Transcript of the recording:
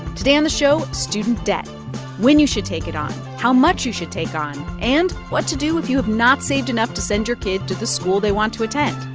today on the show, student debt when you should take it on, how much you should take on and what to do if you have not saved enough to send your kid to the school they want to attend